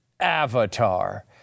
Avatar